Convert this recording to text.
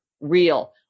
real